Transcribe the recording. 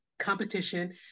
competition